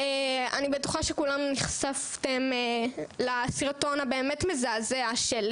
אני בטוחה שכולכם נחשפתם לסרטון הבאמת מזעזע של